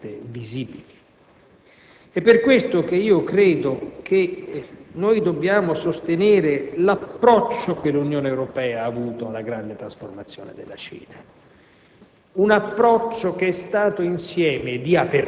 i cui segni sono largamente visibili. Credo pertanto che dobbiamo sostenere l'approccio che l'Unione Europea ha avuto alla grande trasformazione della Cina,